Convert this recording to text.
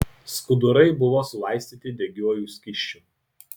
skudurai buvo sulaistyti degiuoju skysčiu